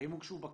האם הוגשו בקשות,